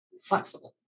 flexible